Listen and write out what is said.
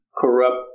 corrupt